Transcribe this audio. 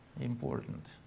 important